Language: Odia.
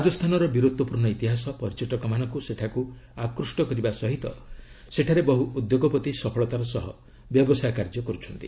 ରାଜସ୍ଥାନର ବୀରତ୍ୱପୂର୍୍ଣ୍ଣ ଇତିହାସ ପର୍ଯ୍ୟଟକମାନଙ୍କୁ ସେଠାକୁ ଆକୃଷ୍ଟ କରିବା ସହିତ ସେଠାରେ ବହୁ ଉଦ୍ୟୋଗପତି ସଫଳତାର ସହ ବ୍ୟବସାୟ କାର୍ଯ୍ୟ କରୁଛନ୍ତି